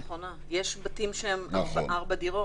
נקודה נכונה, יש בתים שהם ארבע דירות,